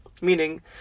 Meaning